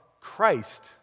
Christ